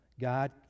God